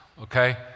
okay